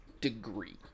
degree